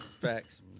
Facts